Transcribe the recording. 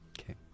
Okay